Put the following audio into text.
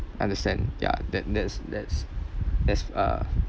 understand yeah that that's that's that's a